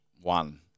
One